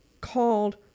called